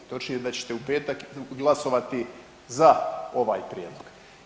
Točnije da ćete u petak glasovati za ovaj prijedlog.